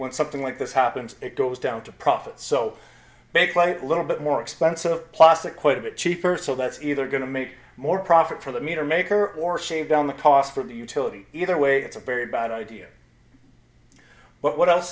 when something like this happens it goes down to profit so they quite little bit more expensive plastic quite a bit cheaper so that's either going to make more profit for the meter maker or shave down the cost for the utility either way it's a very bad idea but what else